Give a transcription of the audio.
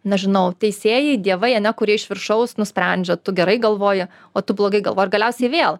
nežinau teisėjai dievai ane kurie iš viršaus nusprendžia tu gerai galvoji o tu blogai galvoji ir galiausiai vėl